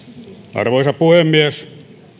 arvoisa puhemies